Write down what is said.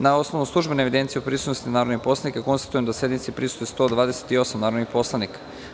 Na osnovu službene evidencije o prisutnosti narodnih poslanika konstatujem da sednici prisustvuje 128 narodnih poslanika.